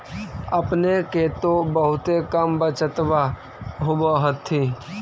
अपने के तो बहुते कम बचतबा होब होथिं?